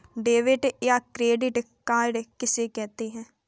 Debit या credit card किसे कहते हैं?